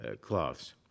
cloths